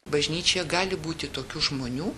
bažnyčioje gali būti tokių žmonių